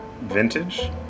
Vintage